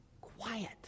quiet